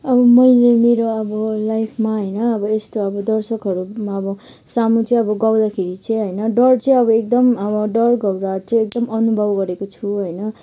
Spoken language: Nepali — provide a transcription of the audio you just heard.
अब मैले मेरो अब लाइफमा होइन अब यस्तो अब दर्शकहरू अब सामु चाहिँ अब गाउँदाखेरि चाहिँ डर चाहिँ अब एकदम अब डर भन्दा चाहिँ एकदम अनुभव गरेको छु होइन